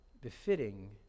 befitting